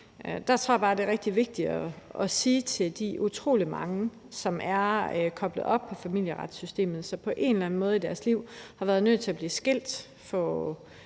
tror jeg bare det er rigtig vigtigt at sige til de utrolig mange, som er koblet op på familieretssystemet – som på et eller andet tidspunkt i deres liv har været nødt til at blive skilt